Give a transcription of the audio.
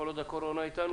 כל עוד הקורונה איתנו,